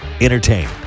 entertain